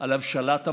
על הבשלת המהלך,